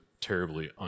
terribly